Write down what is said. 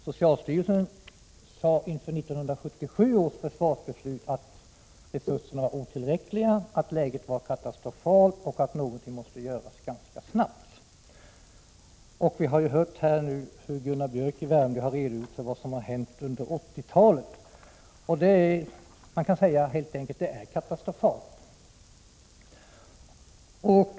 Socialstyrelsen sade inför 1977 års försvarsbeslut att resurserna var otillräckliga, att läget var katastrofalt och att någonting måste göras ganska snabbt. Vi har ju hört här hur Gunnar Biörck i Värmdö redogjort för vad som hänt under 1980-talet, och man kan säga att det helt enkelt är katastrofalt.